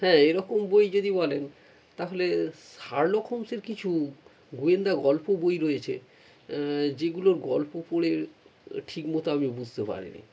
হ্যাঁ এরকম বই যদি বলেন তাহলে শার্লক হোমসের কিছু গোয়েন্দা গল্প বই রয়েছে যেগুলোর গল্প পড়ে ঠিক মতো আমি বুঝতে পারিনি